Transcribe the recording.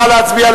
נא להצביע,